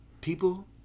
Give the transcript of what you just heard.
People